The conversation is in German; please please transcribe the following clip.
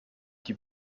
die